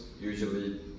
usually